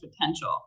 potential